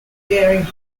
daring